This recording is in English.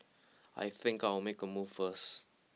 I think I'll make a move first